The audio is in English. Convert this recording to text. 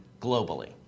globally